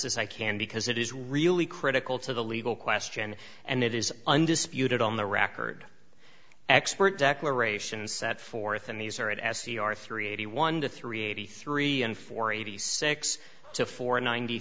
this is i can because it is really critical to the legal question and it is undisputed on the record expert declaration set forth and these are at s c r three eighty one to three eighty three and four eighty six to four ninety